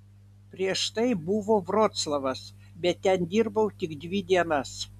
prieš tai buvo vroclavas bet ten dirbau tik dvi dienas